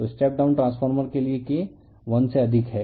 तो step down transformer के लिए K वन से अधिक है